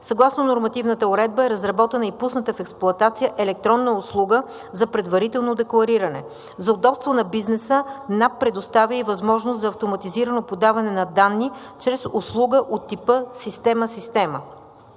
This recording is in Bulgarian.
Съгласно нормативната уредба е разработена и пусната в експлоатация електронна услуга за предварително деклариране. За удобство на бизнеса НАП предоставя и възможност за автоматизирано подаване на данни чрез услуга от типа „система – система“.